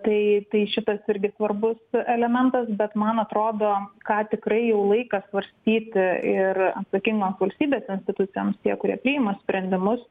tai tai šitas irgi svarbus elementas bet man atrodo ką tikrai jau laikas svarstyti ir atsakingoms valstybės institucijoms tie kurie priima sprendimus